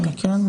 קודם כל,